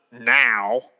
now